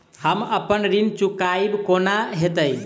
हम अप्पन ऋण चुकाइब कोना हैतय?